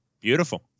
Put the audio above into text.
Beautiful